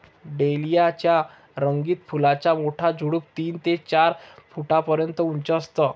dahlia च्या रंगीत फुलांचा मोठा झुडूप तीन ते चार फुटापर्यंत उंच असतं